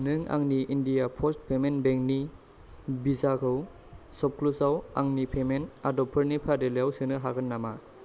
नों आंनि India post payment बेंकनि भिसाखौ सपक्लुसाव आंनि पेमेन्ट आदबफोरनि फारिलाइयाव सोनो हागोन नामा